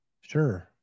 Sure